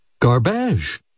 Garbage